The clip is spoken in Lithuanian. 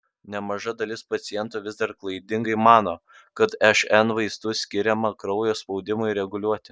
nemaža dalis pacientų vis dar klaidingai mano kad šn vaistų skiriama kraujo spaudimui reguliuoti